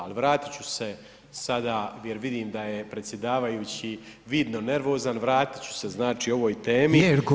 Ali vratiti ću se sada jer vidim da je predsjedavajući vidno nervozan, vratiti ću se znači ovoj temi.